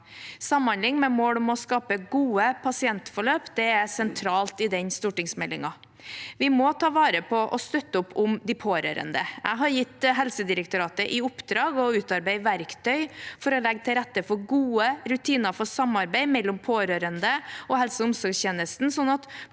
Samhandling med mål om å skape gode pasientforløp er sentralt i den stortingsmeldingen. Vi må ta vare på og støtte opp om de pårørende. Jeg har gitt Helsedirektoratet i oppdrag å utarbeide verktøy for å legge til rette for gode rutiner for samarbeid mellom pårørende og helse- og omsorgstjenesten,